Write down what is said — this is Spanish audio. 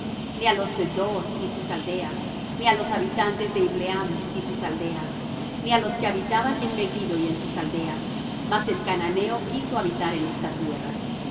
ni á los de dor y sus aldeas ni á los habitantes de ibleam y sus aldeas ni á los que habitaban en megiddo y en sus aldeas mas el cananeo quiso habitar en esta tierra